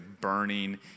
burning